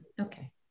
Okay